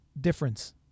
difference